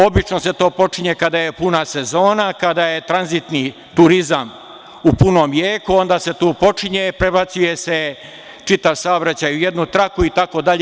Obično se to počinje kad je puna sezona, kada je tranzitni turizam u punom jeku, onda se tu počinje, prebacuje se čitav saobraćaj u jednu traku itd.